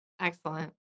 Excellent